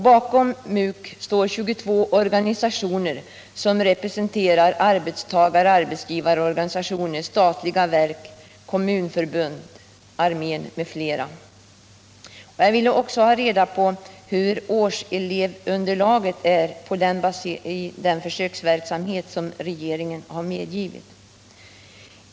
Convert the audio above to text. Bakom MUK står 22 organisationer som representerar arbetstagare, arbetsgivare, statliga verk, kommunförbund, armén m.fl. Jag ville också få reda på hur årselevunderlaget är baserat i den försöksverksamhet som regeringen har medgivit.